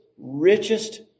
richest